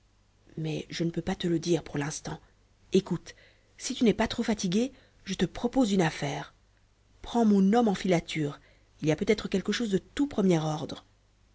mais je ne peux pas te le dire pour l'instant écoute si tu n'es pas trop fatigué je te propose une affaire prends mon homme en filature il y a peutêtre quelque chose de tout premier ordre